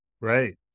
Right